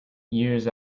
years